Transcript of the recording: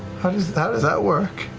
how does that that work?